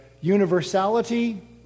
universality